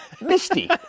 Misty